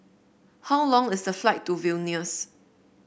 how long is the flight to Vilnius